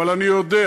אבל אני יודע"